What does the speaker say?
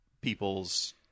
people's